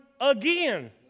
again